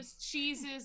cheeses